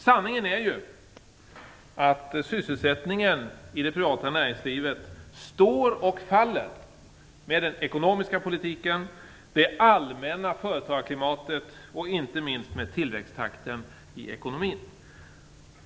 Sanningen är ju att sysselsättningen i det privata näringslivet står och faller med den ekonomiska politiken, det allmänna företagarklimatet och inte minst med tillväxttakten i ekonomin.